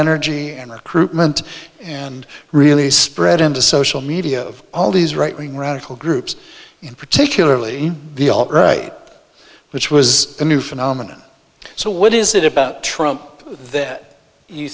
energy and recruitment and really spread into social media of all these right wing radical groups in particularly the albright which was a new phenomenon so what is it about trump that you